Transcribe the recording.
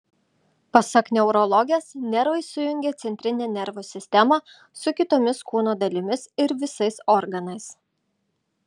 pasak neurologės nervai sujungia centrinę nervų sistemą su kitomis kūno dalimis ir visais organais